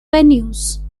venues